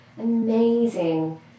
amazing